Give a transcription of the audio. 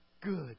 Good